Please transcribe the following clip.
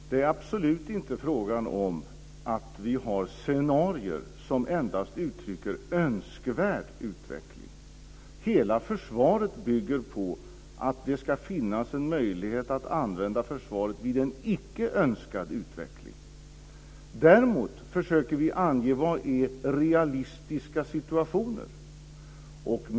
Fru talman! Det är absolut inte fråga om att vi har scenarier som endast uttrycker önskvärd utveckling. Hela försvaret bygger på att det ska finnas en möjlighet att använda försvaret i en icke önskad utveckling. Däremot försöker vi ange vad som är realistiska situationer.